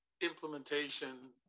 implementation